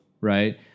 right